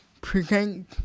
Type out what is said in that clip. present